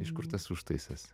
iš kur tas užtaisas